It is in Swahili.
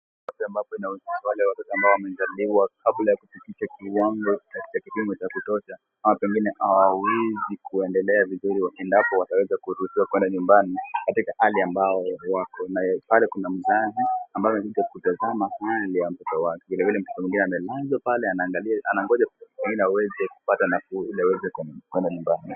Hospitali ambapo ni mahali pa watoto ambao wamezaliwa kabla ya kufikisha kiwango cha kipimo cha kutosha au pengine hawawezi kuendelea vizuri. Wakienda hapo wataweza kuruhusiwa kwenda nyumbani katika hali ambao wako nayo. Pale kuna mzazi, ambaye amekuja kutazama hali ya mtoto wake. Vile vile mtoto mwingine amelazwa pale wanangoja mtoto mwingine aweze kupata nafuu ili kuweza kwenda nyumbani.